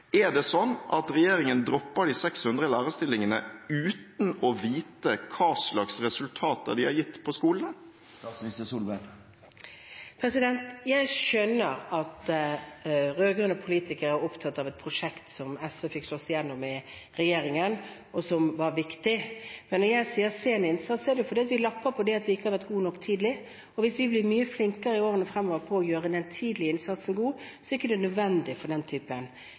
Er det sånn at regjeringen dropper de 600 lærerstillingene uten å vite hva slags resultater de har gitt på skolene? Jeg skjønner at rød-grønne politikere er opptatt av et prosjekt som SV sloss igjennom i regjeringen, og som var viktig. Men når jeg sier «sen innsats», er det fordi vi lapper på det at vi ikke har vært god nok tidlig, og hvis vi blir mye flinkere i årene fremover på å gjøre den tidlige innsatsen god, er det ikke nødvendig med den